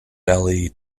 belly